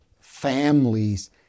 families